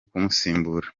kumusimbura